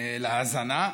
ולהזנה,